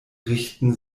richten